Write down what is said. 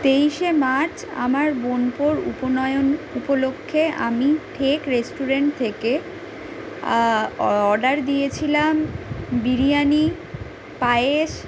তেইশে মার্চ আমার বোনপোর উপনয়ন উপলক্ষ্যে আমি ঠেক রেস্টুরেন্ট থেকে অর্ডার দিয়েছিলাম বিরিয়ানি পায়েস